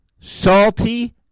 salty